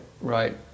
Right